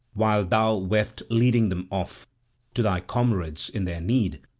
while thou weft leading them off to thy comrades in their need,